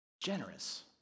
generous